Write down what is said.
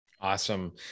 Awesome